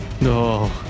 No